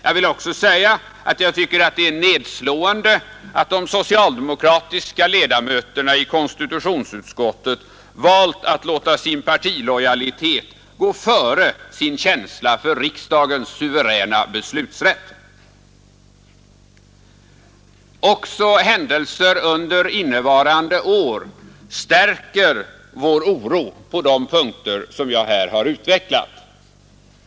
Jag vill också säga att jag finner det nedslående att de socialdemokratiska ledamöterna i konstitutionsutskottet valt att låta sin partilojalitet gå före sin känsla för riksdagens suveräna beslutsrätt. Också händelser under innevarande år stärker vår oro på de punkter som jag här har utvecklat.